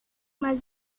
más